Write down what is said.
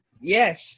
Yes